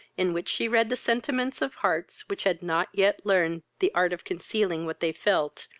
in which she read the sentiments of hearts which had not yet learned the art of concealing what they felt,